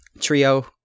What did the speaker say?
trio